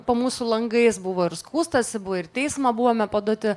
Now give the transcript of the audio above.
po mūsų langais buvo ir skųstasi buvo ir į teismą buvome paduoti